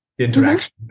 interaction